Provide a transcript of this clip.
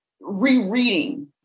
rereading